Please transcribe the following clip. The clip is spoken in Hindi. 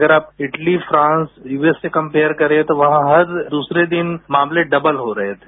अगर आप इटली फ्रांस यूएस से कम्पेयर करें तो वहां हर दूसरे दिन मामले डबल हो रहे थे